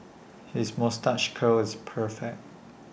his moustache curl is perfect